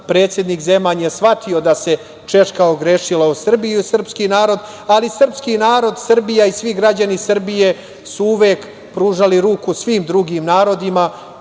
Predsednik Zeman je shvatio da se Češka ogrešila o Srbiju i sprski narod, ali srpski narod, Srbija i svi građani Srbije su uvek pružali ruku svim drugim narodima